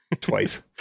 Twice